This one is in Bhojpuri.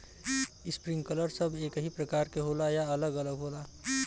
इस्प्रिंकलर सब एकही प्रकार के होला या अलग अलग होला?